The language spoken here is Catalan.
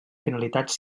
finalitats